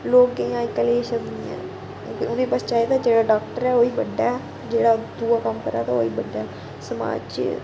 लोकें गी अज्जकल एह् चले दा उनेंगी बस चाहि्दा कि जेह्ड़ा डाक्टर ऐ ओह् ही बड्डा ऐ जेह्ड़ा दूआ कम्म करै ते ओह् बड्डा समाज च